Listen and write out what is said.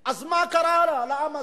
אז, מה קרה לעם הזה?